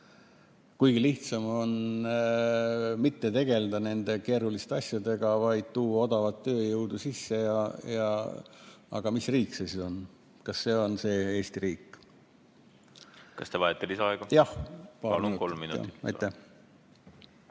Kuigi lihtsam on mitte tegelda nende keeruliste asjadega, vaid tuua odavat tööjõudu sisse, aga mis riik see siis on, kas see on see Eesti riik? Kas te vajate lisaaega? Kas te vajate